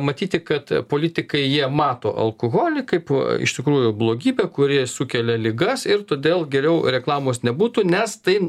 matyti kad politikai jie mato alkoholį kaip iš tikrųjų blogybę kuri sukelia ligas ir todėl geriau reklamos nebūtų nes tai